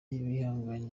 b’ibihangange